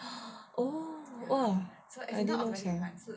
oh !wah! I didn't know sia